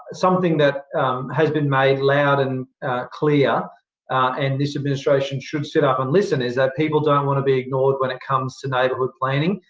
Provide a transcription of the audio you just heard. something that has been made loud and clear and this administration should sit up and listen, is that people don't want to be ignored when it comes to neighbourhood planning.